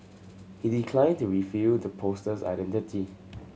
he declined to reveal the poster's identity